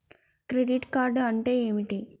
Credit card అంటే ఏమిటి?